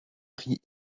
prix